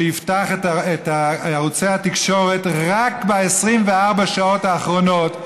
שיפתח את ערוצי התקשורת רק ב-24 השעות האחרונות.